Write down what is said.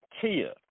Kia